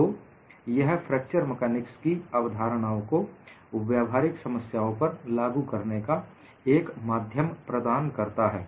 तो यह fracture mechanics की अवधारणाओं को व्यवहारिक समस्याओं पर लागू करने का एक माध्यम प्रदान करता है